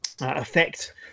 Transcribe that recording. affect